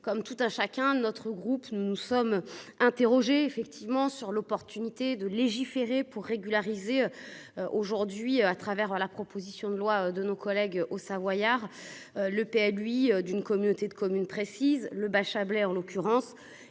comme tout un chacun notre groupe, nous nous sommes interrogés effectivement sur l'opportunité de légiférer pour régulariser. Aujourd'hui à travers la proposition de loi de nos collègues haut-savoyard. Le EPA lui d'une communauté de communes, précise le Bachabélé en l'occurrence